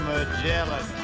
Magellan